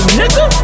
nigga